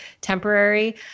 temporary